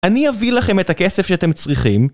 אני אביא לכם את הכסף שאתם צריכים בסדר